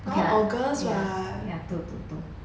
okay lah ya ya two two two